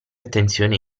attenzione